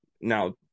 now